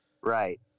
Right